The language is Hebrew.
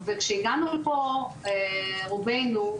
וכשהגענו לפה רובינו,